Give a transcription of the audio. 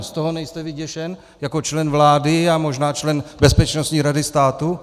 Z toho nejste vyděšen jako člen vlády a možná člen Bezpečnostní rady státu?